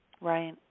Right